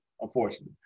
unfortunately